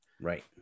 Right